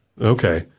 okay